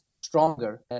stronger